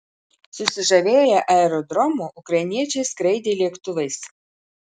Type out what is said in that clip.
susižavėję aerodromu ukrainiečiai skraidė lėktuvais